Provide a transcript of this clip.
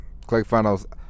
ClickFunnels